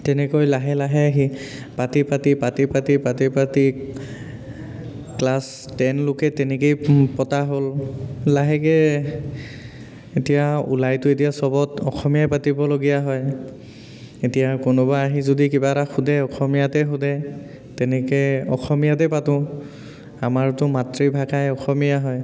তেনেকৈ লাহে লাহে সেই পাতি পাতি পাতি পাতি পাতি পাতি ক্লাছ টেনলৈকে তেনেকেই পতা হ'ল লাহেকৈ এতিয়া ওলাইতো এতিয়া চবতে অসমীয়াই পাতিবলগীয়া হয় এতিয়া কোনোবা আহি যদি কিবা এটা সোধে অসমীয়াতে সোধে তেনেকৈ অসমীয়াতে পাতোঁ আমাৰোতো মাতৃভাষা অসমীয়াই হয়